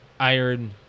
Iron